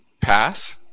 pass